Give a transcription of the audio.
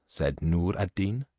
said noor ad deen,